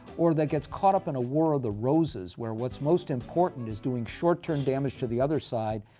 or that gets caught up in a war of the roses where what's most important is doing short-term damage to the other side,